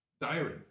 diary